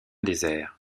désert